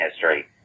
history